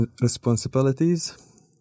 responsibilities